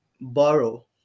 borrow